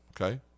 Okay